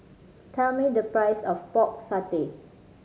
tell me the price of Pork Satay